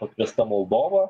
pakviesta moldova